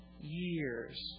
years